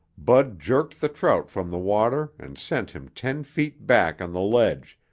bud jerked the trout from the water and sent him ten feet back on the ledge,